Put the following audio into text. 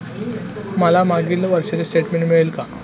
मला मागील एक वर्षाचे स्टेटमेंट मिळेल का?